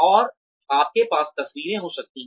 और आपके पास तस्वीरें हो सकती हैं